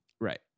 right